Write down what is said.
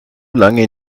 lange